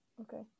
Okay